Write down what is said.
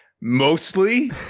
mostly